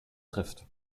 trifft